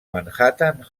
manhattan